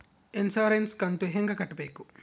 Insurance ಕಂತು ಹೆಂಗ ಕಟ್ಟಬೇಕು?